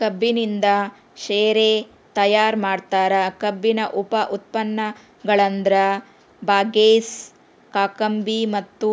ಕಬ್ಬಿನಿಂದ ಶೇರೆ ತಯಾರ್ ಮಾಡ್ತಾರ, ಕಬ್ಬಿನ ಉಪ ಉತ್ಪನ್ನಗಳಂದ್ರ ಬಗ್ಯಾಸ್, ಕಾಕಂಬಿ ಮತ್ತು